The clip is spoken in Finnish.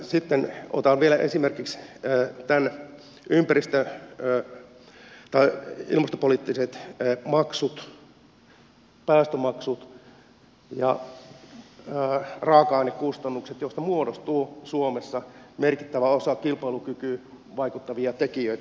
sitten otan vielä esimerkiksi nämä ilmastopoliittiset maksut päästömaksut ja raaka ainekustannukset joista muodostuu suomessa merkittävä osa kilpailukykyyn vaikuttavia tekijöitä